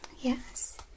Yes